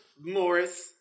Morris